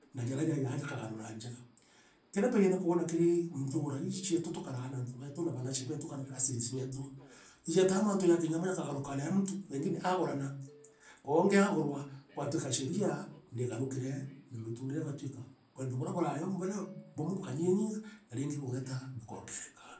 Na jaria jaijaa jakagarura njaa. Kiria mbijite kwona kiri ntuura iiji cietu tukaraa na antu beetu na banache beetu kana cousins beetu ijeetaa mantu yaakinya amwe jakagaruka muntu pengine aagurana, koongi agurwa, gwatwika sheria nigarukire na miturire gwatwika wendo buria burari o bumwe bukanyianyia na ringi bugeeta bukoongereka.